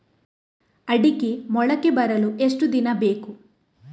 ಅಡಿಕೆ ಮೊಳಕೆ ಬರಲು ಎಷ್ಟು ದಿನ ಬೇಕು?